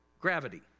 Gravity